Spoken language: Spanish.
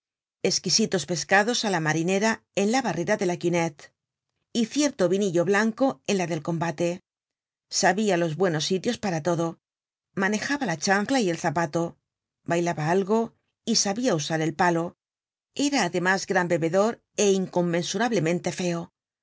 esquisites pescados á la marinera en la barrera de la cunette y cierto vinillo blanco en la del combate sabia los buenos sitios para todo manejaba la chancla y el zapato bailaba algo y sabia usar el palo era además gran bebedor é incon kile ala